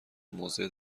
موضع